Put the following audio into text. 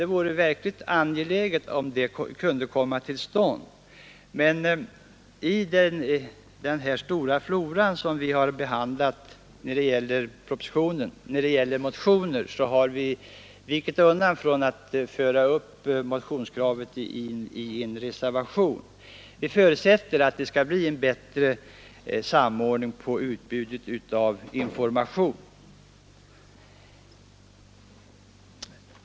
Det vore verkligt angeläget att den kunde komma till stånd. Med tanke på floran av motioner som utskottet har behandlat har vi emellertid vikit undan för att föra upp motionskravet i en reservation. Vi förutsätter att det skall bli en bättre samordning av utbudet av information.